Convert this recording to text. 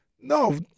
No